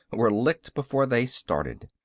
were licked before they started.